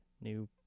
New